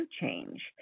change